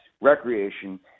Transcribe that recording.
recreation